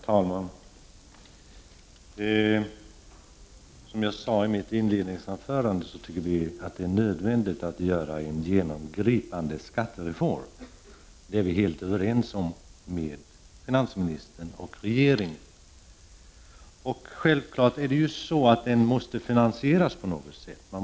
Herr talman! Som jag sade i mitt inledningsanförande tycker vi att det är nödvändigt att göra en genomgripande skattereform. Vi är överens om detta med finansministern och regeringen. Reformen måste självfallet finansieras på något sätt.